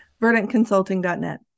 VerdantConsulting.net